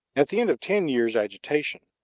at the end of ten years' agitation,